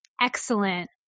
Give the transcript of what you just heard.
excellent